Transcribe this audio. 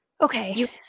Okay